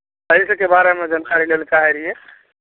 एहि सभके बारेमे जनकारी लै लेल चाहैत रहियै